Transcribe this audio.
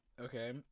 Okay